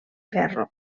ferro